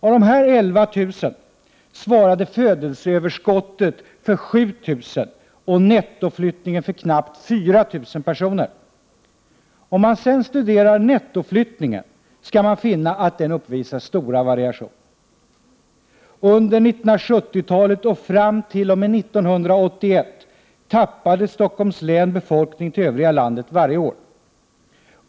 Av dessa 11 000 svarade födelseöverskottet för 7 000 och nettoflyttningen för knappt 4 000 personer. Om man sedan studerar nettoflyttningen, finner man att den uppvisar stora variationer. Under 1970-talet och fram t.o.m. 1981 tappade Stockholms län befolkning till övriga landet varje år.